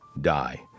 die